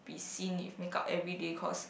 be seen with makeup everyday cause